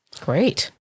Great